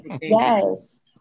yes